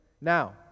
Now